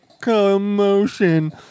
commotion